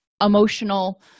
emotional